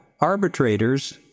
arbitrators